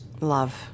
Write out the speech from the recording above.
Love